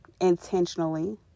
Intentionally